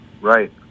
right